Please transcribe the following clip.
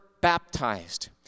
baptized